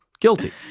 guilty